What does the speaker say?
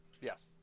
Yes